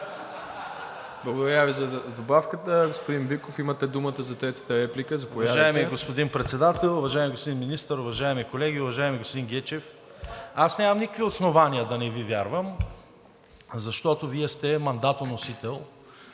Благодаря Ви за добавката. Господин Биков, имате думата за третата реплика. Заповядайте. ТОМА БИКОВ (ГЕРБ-СДС): Уважаеми господин Председател, уважаеми господин Министър, уважаеми колеги! Уважаеми господин Гечев, аз нямам никакви основания да не Ви вярвам, защото Вие сте мандатоносител